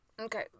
Okay